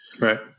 Right